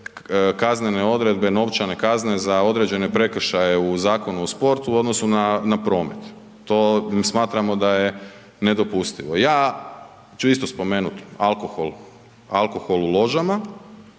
kaznene odredbe, novčane kazne za određene prekršaje u Zakonu o sportu u odnosu na, na promet, to smatramo da je nedopustivo. Ja ću isto spomenut alkohol, alkohol